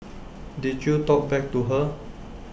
did you talk back to her